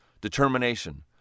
determination